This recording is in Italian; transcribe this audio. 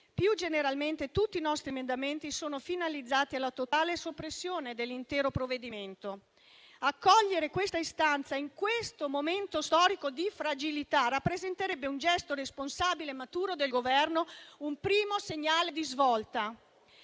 Più generalmente, tutti i nostri emendamenti sono finalizzati alla totale soppressione dell'intero provvedimento. Accogliere questa istanza, in questo momento storico di fragilità, rappresenterebbe un gesto responsabile e maturo del Governo e un primo segnale di svolta,